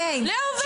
למה?